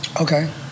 Okay